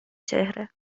چهره